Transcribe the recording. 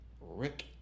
Rick